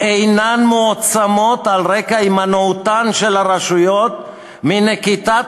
אינן מועצמות על רקע הימנעותן של הרשויות מנקיטת